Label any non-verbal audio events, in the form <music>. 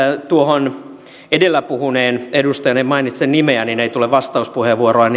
tuohon edellä puhuneen edustajan en mainitse nimeä niin ei tule vastauspuheenvuoroa <unintelligible>